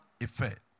effect